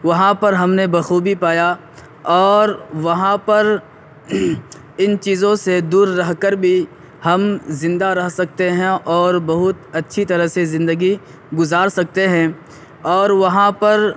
وہاں پر ہم نے بخوبی پایا اور وہاں پر ان چیزوں سے دور رہ کر بھی ہم زندہ رہ سکتے ہیں اور بہت اچھی طرح سے زندگی گزار سکتے ہیں اور وہاں پر